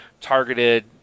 targeted